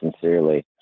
sincerely